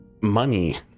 money